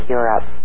Europe